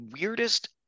weirdest